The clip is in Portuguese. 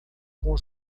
com